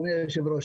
אדוני היושב-ראש,